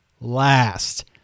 last